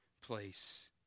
place